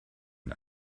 mit